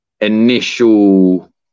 initial